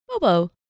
Bobo